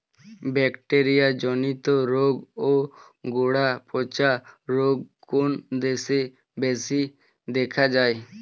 Bacteria জনিত রোগ ও গোড়া পচা রোগ কোন দেশে বেশি দেখা যায়?